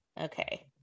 Okay